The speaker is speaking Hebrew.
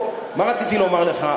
מה רציתי לומר לך,